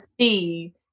see